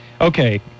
Okay